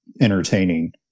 entertaining